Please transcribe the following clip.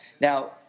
Now